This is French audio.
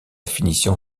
finition